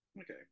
Okay